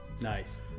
Nice